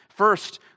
First